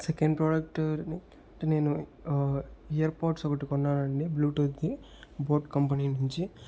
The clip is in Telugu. సెకండ్ ప్రాడక్టు నేను ఇయర్పాడ్స్ ఒకటి కొన్నానండి బ్లూటూత్ది బోట్ కంపెనీ నుంచి